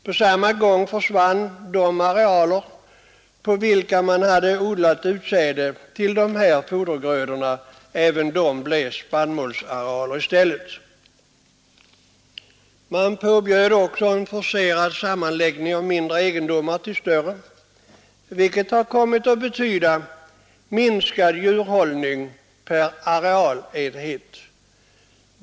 På samma gång försvann de arealer på vilka man hade odlat utsäde till dessa fodergrödor, och även de blev spannmålsarealer i stället. Man påbjöd också en forcerad sammanläggning av mindre egendomar till större, vilket har kommit att betyda minskad djurhållning per arealenhet.